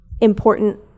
important